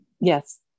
Yes